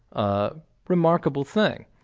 ah remarkable thing.